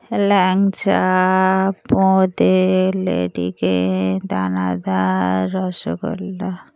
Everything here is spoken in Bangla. ল্যাংচা বোঁদে লেডিকেনি দানাদার রসগোল্লা